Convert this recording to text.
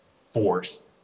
force